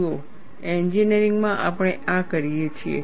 જુઓ એન્જિનિયરિંગમાં આપણે આ કરીએ છીએ